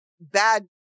bad